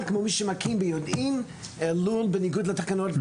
כמו מי שמקים ביודעין לול בניגוד לתקנות.